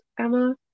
Emma